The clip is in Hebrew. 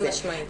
חד משמעית.